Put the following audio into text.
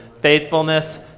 faithfulness